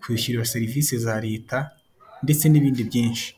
kwishyura serivisi za leta ndetse n'ibindi byinshi.